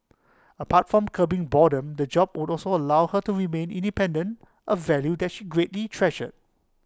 apart from curbing boredom the job would also allow her to remain independent A value that she greatly treasured